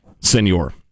Senor